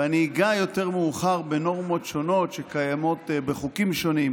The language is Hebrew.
ואני אגע יותר מאוחר בנורמות שונות שקיימות בחוקים שונים